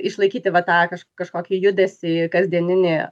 išlaikyti va tą kažk kažkokį judesį kasdieninį